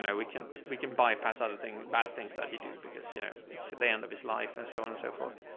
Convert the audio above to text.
we can, we can bypass other things, bad things that he'd do because, you know, it's at the end of his life and so on and so forth.